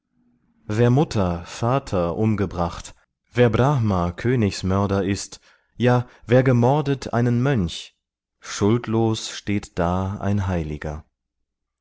wer mutter vater umgebracht wer brahm königsmörder ist ja wer gemordet einen mönch schuldlos steht da ein heiliger